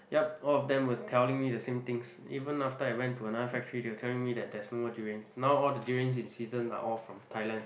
yup all of them were telling me the same things even after I went to another factory they were telling me that there's no more durians now all the durians in season are all from Thailand